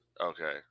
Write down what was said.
Okay